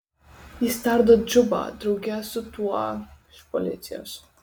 jis tardo džubą drauge su tuo iš policijos